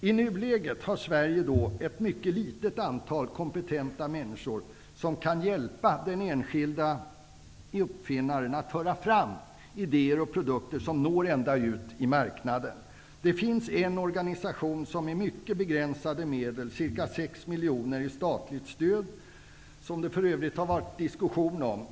I nuläget har Sverige mycket få kompetenta människor som kan hjälpa den enskilde uppfinnaren att föra fram idéer och produkter som kan nå marknaden. Det finns en organisation, Svenska Uppfinnareföreningen SUF, som med mycket begränsade medel -- ca 6 miljoner kronor i statligt stöd -- byggt ut ett nätverk av rådgivare till uppfinnare.